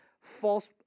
false